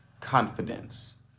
confidence